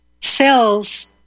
cells